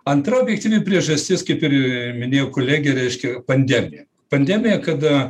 antra objektyvi priežastis kaip ir minėjo kolegė reiškia pandemija pandemija kada